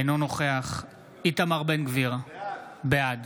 אינו נוכח איתמר בן גביר, בעד